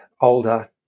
older